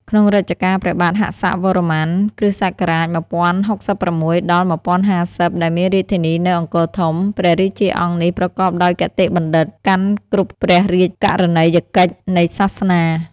ក្នុងរជ្ជកាលព្រះបាទហស៌វរ្ម័ន (គ.ស ១០៦៦-១០៥០) ដែលមានរាជធានីនៅ អង្គរធំ ព្រះរាជាអង្គនេះប្រកបដោយគតិបណ្ឌិត កាន់គ្រប់ព្រះរាជករណីយកិច្ចនៃសាសនា។